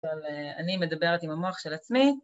אבל אני מדברת עם המוח של עצמי